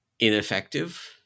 ineffective